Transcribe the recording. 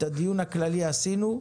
את הדיון הכללי עשינו.